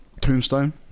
Tombstone